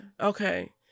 Okay